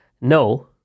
no